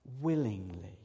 willingly